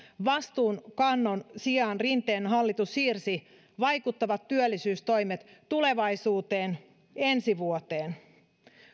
vastuunkannon sijaan rinteen hallitus siirsi vaikuttavat työllisyystoimet tulevaisuuteen ensi vuoteen